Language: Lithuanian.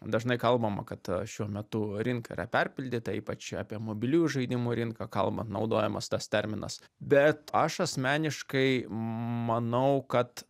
dažnai kalbama kad šiuo metu rinka yra perpildyta ypač apie mobiliųjų žaidimų rinką kalbant naudojamas tas terminas bet aš asmeniškai manau kad